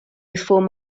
before